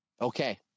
Okay